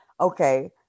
okay